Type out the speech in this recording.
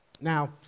Now